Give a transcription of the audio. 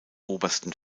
obersten